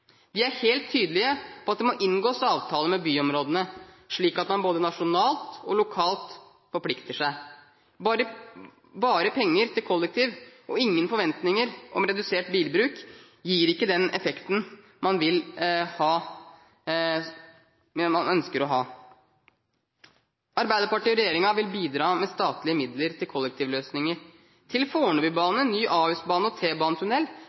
De er helt tydelige på at det må inngås avtaler med byområdene, slik at man både nasjonalt og lokalt forplikter seg. Bare penger til kollektivtransport, og ingen forventninger om redusert bilbruk, gir ikke den effekten man ønsker å ha. Arbeiderpartiet og regjeringen vil bidra med statlige midler til kollektivløsninger; til fornebubane, ny ahusbane og